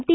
T